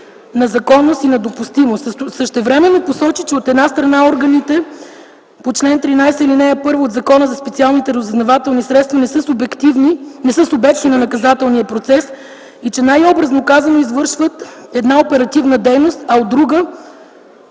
на законност и на допустимост. Същевременно посочи, че, от една страна, органите по чл. 13, ал. 1 от Закона за специалните разузнавателни средства не са субекти на наказателния процес и че най-образно казано извършват една оперативна дейност, а от друга